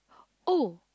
oh